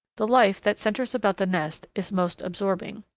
the life that centres about the nest is most absorbing.